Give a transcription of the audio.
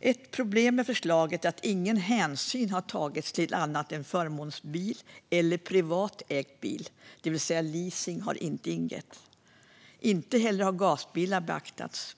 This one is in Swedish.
Ett problem med förslaget är att ingen hänsyn har tagits annat än förmånsbil eller privatägd bil. Leasing har inte ingått. Inte heller har gasbilar beaktats.